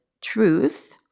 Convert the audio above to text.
Truth